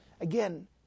Again